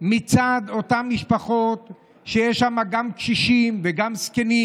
מצד אותן משפחות שיש בהן גם קשישים וגם זקנים